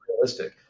realistic